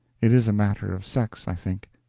it is a matter of sex, i think.